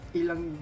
ilang